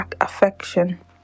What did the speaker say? affection